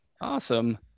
awesome